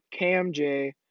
KMJ